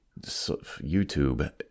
YouTube